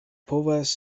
povas